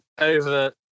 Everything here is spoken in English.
over